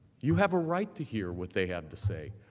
you have a right to hear what they have to say,